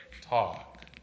talk